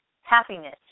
happiness